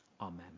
amen